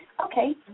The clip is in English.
Okay